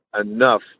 enough